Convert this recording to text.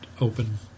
open